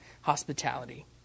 hospitality